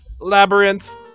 labyrinth